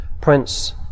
Prince